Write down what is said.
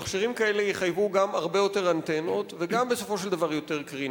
מכשירים כאלה יחייבו גם הרבה יותר אנטנות וגם בסופו של דבר יותר קרינה.